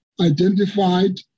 identified